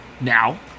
now